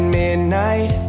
midnight